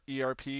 ERP